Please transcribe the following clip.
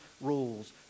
rules